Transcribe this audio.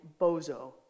Bozo